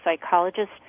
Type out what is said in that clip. psychologist